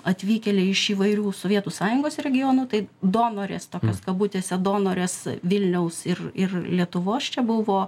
atvykėliai iš įvairių sovietų sąjungos regionų tai donorės tokios kabutėse donorės vilniaus ir ir lietuvos čia buvo